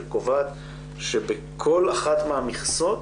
שקובעת שבכל אחת מהמכסות